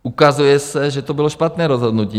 Ukazuje se, že to bylo špatné rozhodnutí.